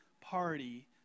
party